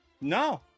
No